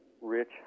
rich